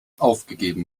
aufgegeben